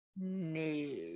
No